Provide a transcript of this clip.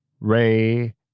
Ray